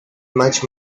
much